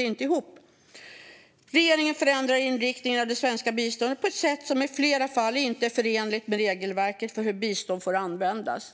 inte ihop! Regeringen förändrar inriktningen av det svenska biståndet på ett sätt som i flera fall är oförenligt med regelverket för hur biståndet får användas.